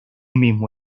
mismo